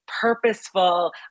purposeful